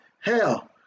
Hell